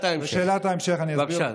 בבקשה,